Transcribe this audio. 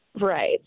Right